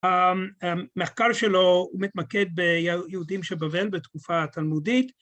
המחקר שלו הוא מתמקד ביהודים שבבל בתקופה התלמודית.